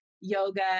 yoga